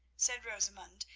said rosamund,